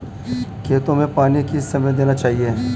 खेतों में पानी किस समय देना चाहिए?